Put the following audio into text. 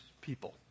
people